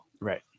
Right